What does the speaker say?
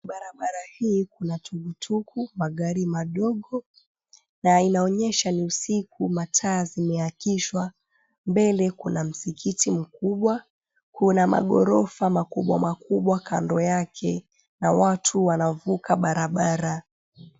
Barabara hii kuna tukutuku ,magari madogo na inaonyesha ni usiku mataa zimeakishwa. Mbele kuna msikiti mkubwa, kuna maghorofa makubwa makubwa kando yake na watu wanavuka barabara.